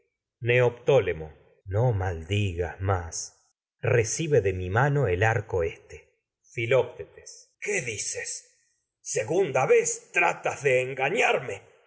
neoptólemo el este no maldigas más recibe de mi mano arco filoctetes qué dices segunda vez tratas de engañarme